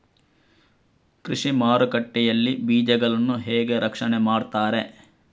ಕೃಷಿ ಮಾರುಕಟ್ಟೆ ಯಲ್ಲಿ ಬೀಜಗಳನ್ನು ಹೇಗೆ ರಕ್ಷಣೆ ಮಾಡ್ತಾರೆ?